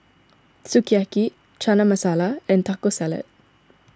Sukiyaki Chana Masala and Taco Salad